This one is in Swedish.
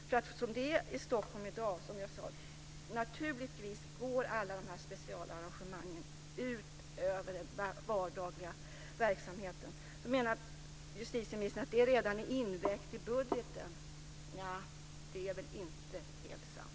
Som det är i Stockholm i dag går alla specialarrangemang ut över den vardagliga verksamheten. Justitieministern menar att det redan har vägts in i budgeten. Nja, det är väl inte helt sant.